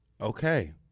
Okay